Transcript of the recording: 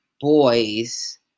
boys